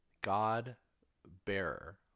God-bearer